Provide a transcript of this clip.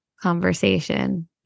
conversation